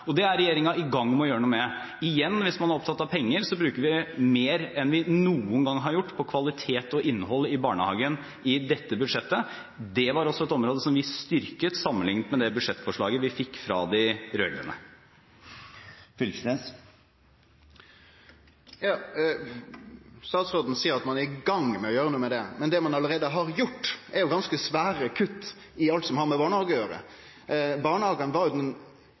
og det er regjeringen i gang med å gjøre noe med. Igjen, hvis man er opptatt av penger, bruker vi i dette budsjettet mer enn vi noen gang har gjort på kvalitet og innhold i barnehagen. Det var også et område som vi styrket, sammenlignet med det budsjettforslaget vi fikk fra de rød-grønne. Statsråden seier at ein er i gang med å gjere noko med det, men det ein allereie har gjort, er jo ganske svære kutt i alt som har med barnehagar å gjere. Barnehagane var faktisk den